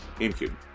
GameCube